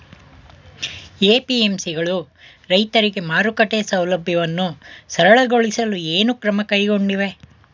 APMC ಗಳು ರೈತರಿಗೆ ಮಾರುಕಟ್ಟೆ ಸೌಲಭ್ಯವನ್ನು ಸರಳಗೊಳಿಸಲು ಏನು ಕ್ರಮ ಕೈಗೊಂಡಿವೆ?